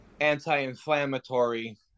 anti-inflammatory